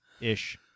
Ish